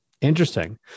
Interesting